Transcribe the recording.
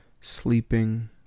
sleeping